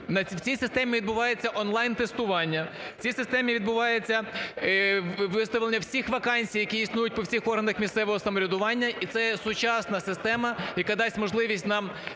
в цій системі відбувається он-лайн тестування, в цій системі відбувається виставлення всіх вакансій, які існують по всіх органах місцевого самоврядування і це є сучасна система, яка дасть можливість нам